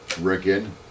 Rickon